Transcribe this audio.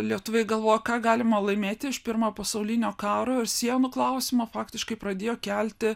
lietuviai galvojo ką galima laimėti iš pirmojo pasaulinio karo ir sienų klausimą faktiškai pradėjo kelti